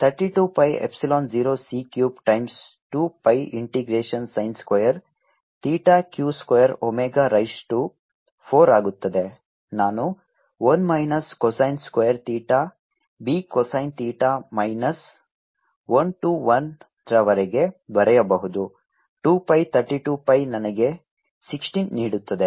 ಇದು 32 pi epsilon 0 c cube times 2 pi integration sin square theta q square omega raise to 4 ಆಗುತ್ತದೆ ನಾನು 1 minus cosine square theta b cosine theta minus 1 to 1 ರವರೆಗೆ ಬರೆಯಬಹುದು 2 pi 32 pi ನನಗೆ 16 ನೀಡುತ್ತದೆ